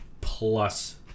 plus